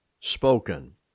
spoken